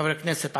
חבר כנסת ערבי.